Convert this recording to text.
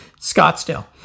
Scottsdale